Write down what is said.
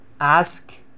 ask